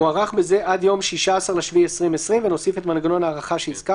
מוארך בזה עד יום 16 ביולי 2020. נוסיף את המנגנון שהזכרנו.